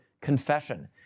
confession